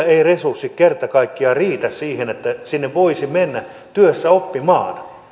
eivät resurssit kerta kaikkiaan riitä siihen että sinne voisi mennä työssä oppimaan